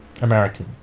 American